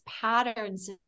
patterns